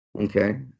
okay